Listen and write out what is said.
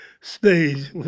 stage